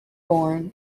born